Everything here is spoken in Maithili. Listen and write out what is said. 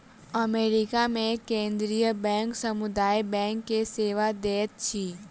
अमेरिका मे केंद्रीय बैंक समुदाय बैंक के सेवा दैत अछि